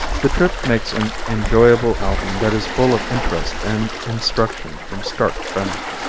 the trip makes an enjoyable outing that is full of interest and instruction from start to finish.